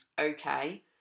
okay